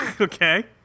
Okay